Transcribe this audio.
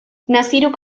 naziruk